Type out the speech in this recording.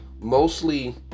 mostly